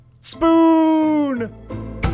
Spoon